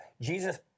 Jesus